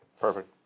Perfect